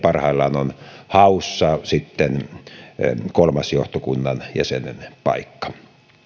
parhaillaan on haussa sitten kolmas johtokunnan jäsenen paikka